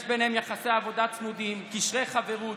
יש ביניהם יחסי עבודה צמודים, קשרי חברות,